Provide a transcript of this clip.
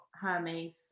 Hermes